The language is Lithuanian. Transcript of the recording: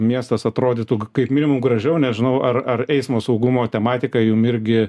miestas atrodytų kaip minimum gražiau nežinau ar ar eismo saugumo tematika jum irgi